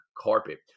carpet